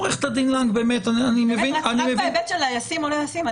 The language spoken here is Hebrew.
עו"ד לנג- -- זה נראה לי לא ישים.